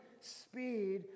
speed